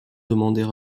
demander